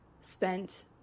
spent